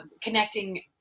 connecting